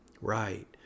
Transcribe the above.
Right